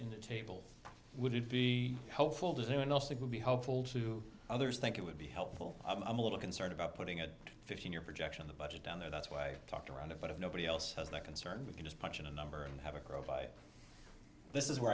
in the table would be helpful to anyone else it would be helpful to others think it would be helpful i'm a little concerned about putting a fifteen year projection the budget down there that's why i talked around it but if nobody else has that concern we can just punch in a number and have a grow by this is where